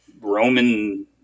Roman